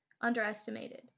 Underestimated